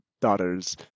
daughters